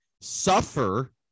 suffer